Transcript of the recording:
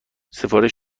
سفارش